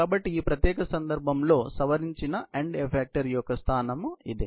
కాబట్టి ఈ ప్రత్యేక సందర్భంలో సవరించిన ఎండ్ ఎఫెక్టరు యొక్క స్థానం అదే